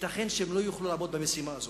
ייתכן שהם לא יוכלו לעמוד במשימה הזאת,